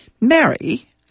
Mary